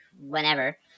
whenever